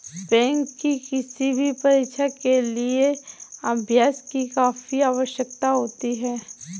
bank की किसी भी परीक्षा के लिए अभ्यास की काफी आवश्यकता होती है